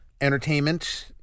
entertainment